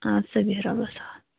آدٕ سا بیٚہہ رۄبَس حوال